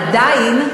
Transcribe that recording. עדיין,